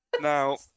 Now